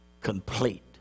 complete